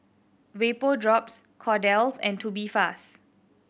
Vapodrops Kordel's and Tubifast